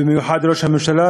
במיוחד ראש הממשלה,